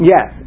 Yes